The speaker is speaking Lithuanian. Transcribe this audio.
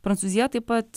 prancūzija taip pat